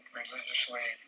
religiously